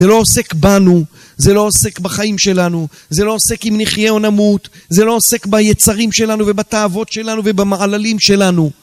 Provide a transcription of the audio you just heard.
זה לא עוסק בנו, זה לא עוסק בחיים שלנו, זה לא עוסק אם נחיה או נמות, זה לא עוסק ביצרים שלנו ובתאוות שלנו ובמעללים שלנו.